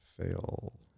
fail